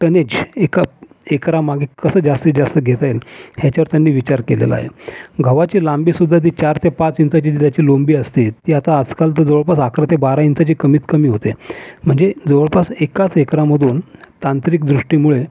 tonnage एका एकरामागे कसं जास्तीत जास्त घेता येईल हेच्यावर त्यांनी विचार केलेला आहे गव्हाची लांबीसुद्धा ते चार ते पाच इंचाची त्याची लोम्बी असते ती आता आजकाल तर जवळपास अकरा ते बारा इंचाची कमीत कमी होते म्हणजे जवळपास एकाच एकरामधून तांत्रिक दृष्टीमुळे